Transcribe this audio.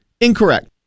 incorrect